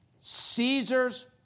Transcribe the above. Caesar's